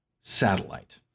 satellite